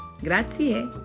Grazie